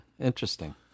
interesting